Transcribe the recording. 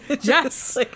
yes